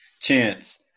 chance